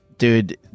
Dude